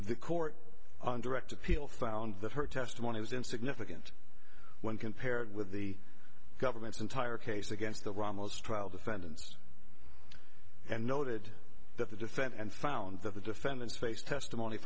the court and direct appeal found that her testimony was insignificant when compared with the government's entire case against the ramos trial defendants and noted that the defense and found that the defendants face testimony